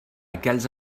aquells